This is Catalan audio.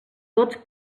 tots